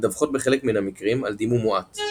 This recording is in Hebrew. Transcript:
מדווחות בחלק מן המקרים על דימום מועט,